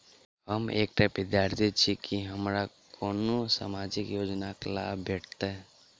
हम एकटा विद्यार्थी छी, की हमरा कोनो सामाजिक योजनाक लाभ भेटतय?